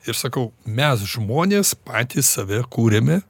ir sakau mes žmonės patys save kuriame